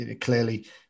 clearly